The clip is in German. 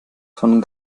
von